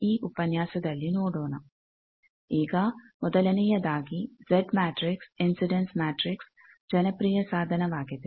ಈಗ ಮೊದಲನೆಯದಾಗಿ Z matrix incidence matrix ಜನಪ್ರಿಯ ಸಾಧನವಾಗಿದೆ